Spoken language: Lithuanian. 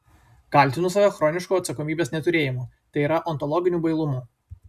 kaltinu save chronišku atsakomybės neturėjimu tai yra ontologiniu bailumu